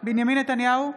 בנימין נתניהו,